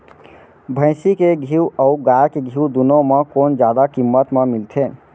भैंसी के घीव अऊ गाय के घीव दूनो म कोन जादा किम्मत म मिलथे?